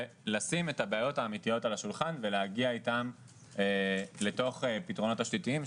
ולשים את הבעיות האמיתיות על השולחן ולהגיע איתן לתוך פתרונות תשתיתיים,